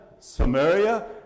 samaria